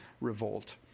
Revolt